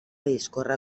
discórrer